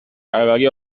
پروری